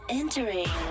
entering